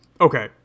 okay